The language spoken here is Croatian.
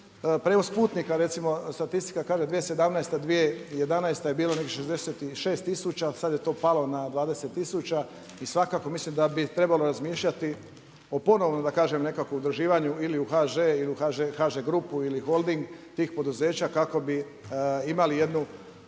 Prijevoz putnika recimo statistika kaže 2017./2011. je bila nekih 66000, ali sad je to palo na 20000. I svakako mislim da bi trebalo razmišljati o ponovnom da kažem nekakvom udruživanju ili u HŽ ili u HŽ grupu ili holding tih poduzeća kako bi imali jednu